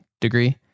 degree